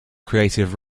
creative